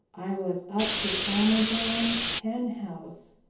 i was up to farmer brown's hen house,